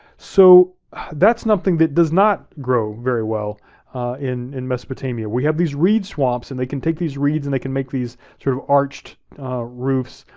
so that's something that does not grow very well in in mesopotamia. we have these reed swamps and they can take these reeds and they can make these, they're sort of arched roofs,